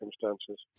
circumstances